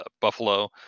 Buffalo